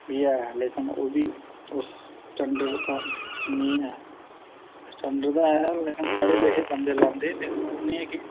बी ऐ लेकिन ओह् बी स्टंडर्ड दा नीं ऐ स्टंडर्ड दा ऐ लेकिन ओह् बंदा लांदे गै नीं ऐ एह् ऐ कि